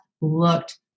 looked